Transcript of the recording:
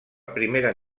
primera